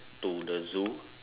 to the zoo